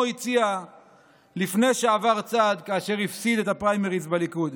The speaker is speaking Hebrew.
הציע לפני שעבר צד כאשר הפסיד בפריימריז בליכוד,